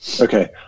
Okay